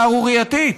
שערורייתית.